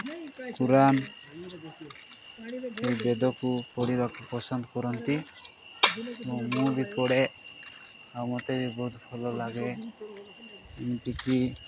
ପୁରାଣ ବେଦକୁ ପଢ଼ିବାକୁ ପସନ୍ଦ କରନ୍ତି ଓ ମୁଁ ବି ପଢ଼େ ଆଉ ମୋତେ ବି ବହୁତ ଭଲ ଲାଗେ ଏମିତିକି